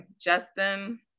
justin